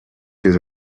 hears